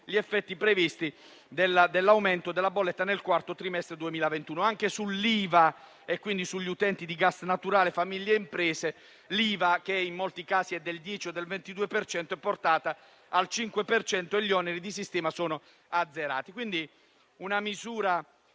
gli effetti previsti dall'aumento della bolletta nel quarto trimestre 2021. Anche l'IVA sugli utenti di gas naturale, famiglie e imprese, che in molti casi è del 10 o del 22 per cento, è portata al 5 per cento e gli oneri di sistema sono azzerati. È una misura